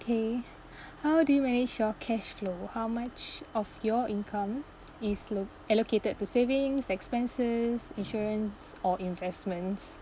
okay how do you manage your cash flow how much of your income is lo~ allocated to savings expenses insurance or investments